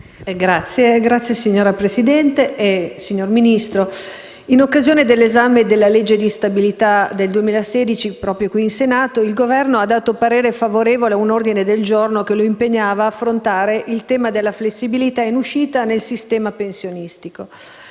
FAVERO *(PD)*. Signor Ministro, in occasione dell'esame della legge di stabilità 2016 proprio qui in Senato, il Governo ha dato parere favorevole ad un ordine del giorno che lo impegnava ad affrontare il tema della flessibilità in uscita nel sistema pensionistico.